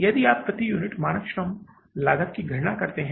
यदि आप प्रति यूनिट मानक श्रम लागत की गणना करते है